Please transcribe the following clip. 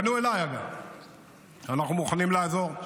הרי פנו אליי, אנחנו מוכנים לעזור.